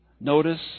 Notice